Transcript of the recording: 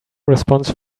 response